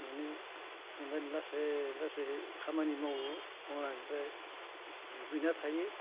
बिदिनो लासै लासै खामानि मावो मावनानै ओमफ्राय दुगैना थायो